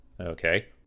Okay